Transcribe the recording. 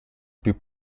più